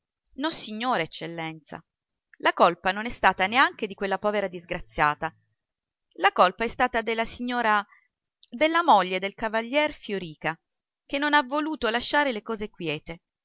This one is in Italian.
voce nossignore eccellenza la colpa non è stata neanche di quella povera disgraziata la colpa è stata della signora della moglie del signor cavaliere fiorìca che non ha voluto lasciare le cose quiete